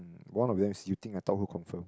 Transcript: one of them is you think I thought who confirm